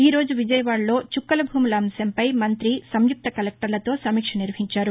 ఈ రోజు విజయవాడలో చుక్కలభూముల అంశంపై మంత్రి సంయుక్త కలెక్టర్లతో సమీక్షనిర్వహించారు